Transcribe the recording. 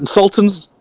and sultan's